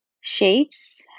shapes